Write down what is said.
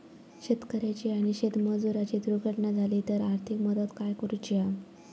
शेतकऱ्याची आणि शेतमजुराची दुर्घटना झाली तर आर्थिक मदत काय करूची हा?